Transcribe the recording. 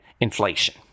inflation